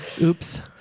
Oops